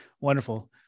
Wonderful